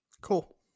Cool